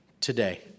today